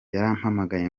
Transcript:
yarampamagaye